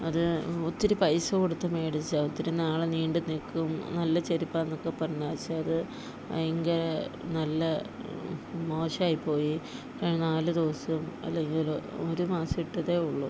അത് ഒത്തിരി പൈസ കൊടുത്ത് മേടിച്ച ഒത്തിരി നാൾ നീണ്ട് നിൽക്കും നല്ല ചെരിപ്പാണെന്നൊക്കെ പറഞ്ഞ് വെച്ചാൽ അത് ഭയങ്കര നല്ല മോശായിപ്പോയി നാല് ദിവസം അല്ലെങ്കിൽ ഒരു മാസം ഇട്ടതേ ഉള്ളൂ